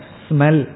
smell